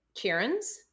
Karen's